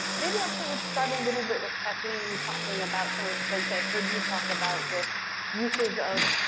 maybe actually let's start a little bit with kathleen talking about some of the things i've heard you talk about with uses of,